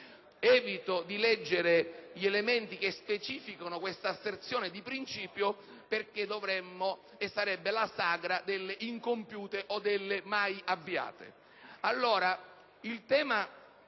Evito di leggere gli elementi che specificano questa asserzione di principio perché sarebbe la sagra delle incompiute o delle mai avviate.